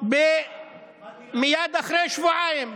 מייד אחרי שבועיים.